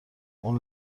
اون